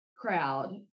crowd